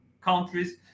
countries